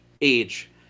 age